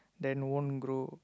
then won't grow